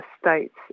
states